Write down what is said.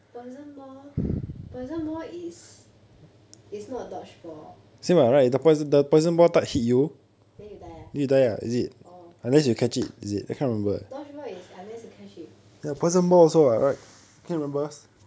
poison ball poison ball is is not dodge ball then you die ah orh dodge ball is unless you catch it